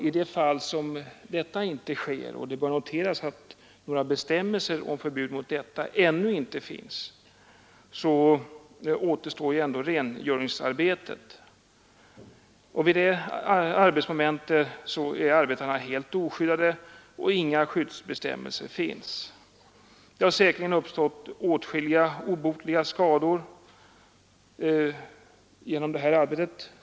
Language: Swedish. I de fall då så inte sker — det bör noteras att några bestämmelser om förbud mot att arbeta på detta sätt ännu inte finns — återstår ändå rengöringsarbetet. Vid det arbetsmomentet är arbetarna helt oskyddade, och det finns inte heller några skyddsbestämmelser för dem. Åtskilliga fall av obotliga skador har säkerligen uppstått genom sådant arbete.